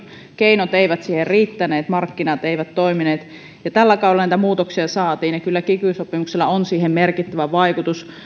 keinot eivät siihen riittäneet markkinat eivät toimineet ja tällä kaudella näitä muutoksia saatiin kyllä kiky sopimuksella on siihen merkittävä vaikutus